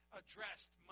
addressed